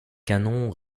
canons